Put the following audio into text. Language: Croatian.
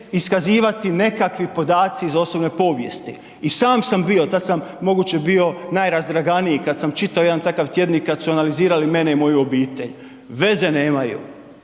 iskazivati nekakvi podaci iz osobne povijesti. I sam sam bio, tada sam moguće bio najrazdraganiji kada sam čitao jedan takav tjednik kada su analizirali mene i moju obitelj, veze nemaju